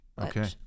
Okay